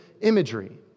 imagery